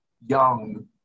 young